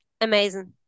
amazing